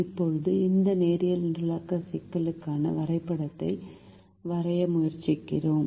இப்போது இந்த நேரியல் நிரலாக்க சிக்கலுக்கான வரைபடத்தை வரைய முயற்சிக்கிறோம்